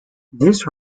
this